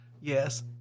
Yes